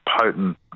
potent